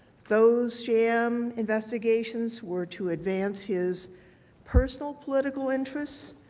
those yeah ah um investigations were to advance his personal political interests,